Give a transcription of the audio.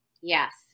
yes